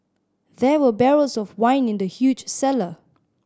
there were barrels of wine in the huge cellar